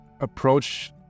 approach